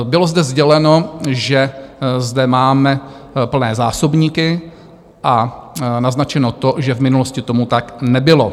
Bylo zde sděleno, že zde máme plné zásobníky, a naznačeno to, že v minulosti tomu tak nebylo.